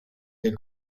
del